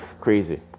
crazy